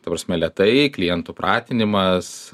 ta prasme lėtai klientų pratinimas